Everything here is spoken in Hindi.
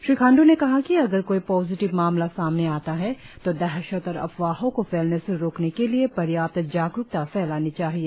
श्री खांड्र ने कहा कि अगर कोई पॉजिटिव मामला सामने आता है तो दहशत और अफवाहों को फैलने से रोकने के लिए पर्याप्त जागरुकता फैलानी चाहिए